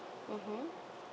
mmhmm